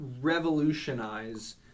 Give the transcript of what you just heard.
revolutionize